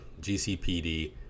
gcpd